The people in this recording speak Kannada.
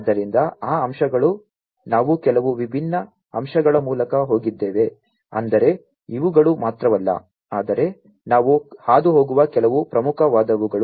ಆದ್ದರಿಂದ ಆ ಅಂಶಗಳು ನಾವು ಕೆಲವು ವಿಭಿನ್ನ ಅಂಶಗಳ ಮೂಲಕ ಹೋಗಿದ್ದೇವೆ ಅಂದರೆ ಇವುಗಳು ಮಾತ್ರವಲ್ಲ ಆದರೆ ನಾವು ಹಾದುಹೋಗಿರುವ ಕೆಲವು ಪ್ರಮುಖವಾದವುಗಳು